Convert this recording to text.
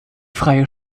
freie